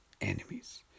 enemies